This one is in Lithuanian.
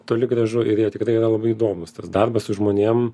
toli gražu ir jie tikrai yra labai įdomūs tas darbas su žmonėm